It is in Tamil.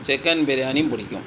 சிக்கன் பிரியாணியும் பிடிக்கும்